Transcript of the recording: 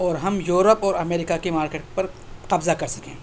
اور ہم یورپ اور امیریکا کے مارکیٹ پر قبضہ کر سکیں